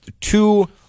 two –